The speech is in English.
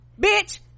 bitch